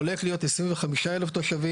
והוא הולך להיות 25,000 תושבים.